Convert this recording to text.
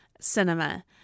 cinema